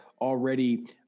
already